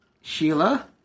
Sheila